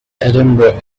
edinburgh